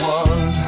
one